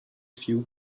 few